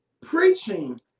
preaching